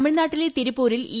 തമിഴ്നാട്ടിലെ തിരുപ്പൂരിൽ ഇ